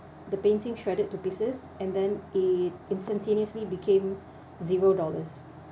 the painting shredded to pieces and then it instantaneously became zero dollars